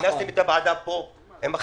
שכינסתם את הוועדה עם החברים.